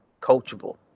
coachable